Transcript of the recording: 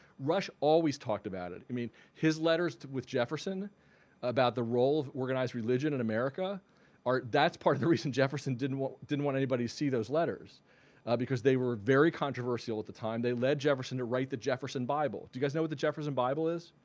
rush always talked about it. i mean his letters with jefferson about the role of organized religion in america are that's part of the reason jefferson didn't want didn't want anybody see those letters because they were very controversial at the time. they led jefferson to write the jefferson bible. do you guys know what the jefferson bible is?